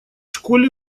школе